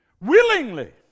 Willingly